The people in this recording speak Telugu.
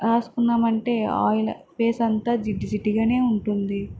రాసుకున్నామంటే ఆయిల్ ఫేస్ అంత జిడ్డు జిడ్డుగానే ఉంటుంది